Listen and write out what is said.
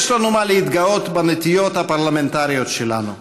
יש לנו מה להתגאות בנטיעות הפרלמנטריות שלנו.